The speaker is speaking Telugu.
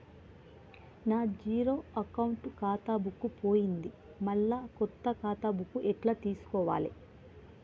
నా జీరో అకౌంట్ ఖాతా బుక్కు పోయింది మళ్ళా కొత్త ఖాతా బుక్కు ఎట్ల తీసుకోవాలే?